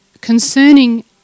concerning